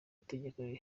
itegeko